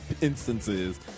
instances